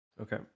Okay